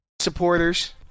Supporters